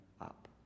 up